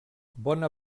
bona